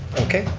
okay,